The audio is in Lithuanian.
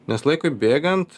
nes laikui bėgant